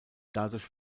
dadurch